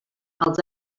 els